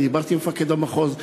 אני דיברתי עם מפקד המחוז,